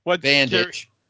bandage